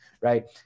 right